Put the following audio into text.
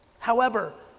however,